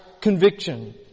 conviction